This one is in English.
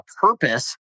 purpose